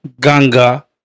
Ganga